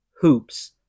hoops